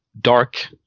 dark